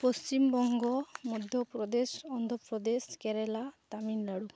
Paschim Banga Madhya Pradesh Andhra Pradesh Kerala Tamil Nadu